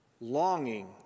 longing